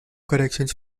corrections